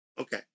Okay